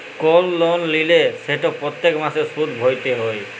call লল লিলে সেট প্যত্তেক মাসে সুদ ভ্যইরতে হ্যয়